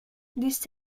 this